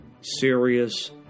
serious